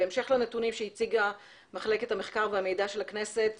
בהמשך לנתונים שהציגה מחלקת המחקר והמידע של הכנסת